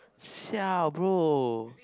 siao bro